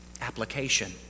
Application